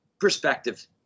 perspective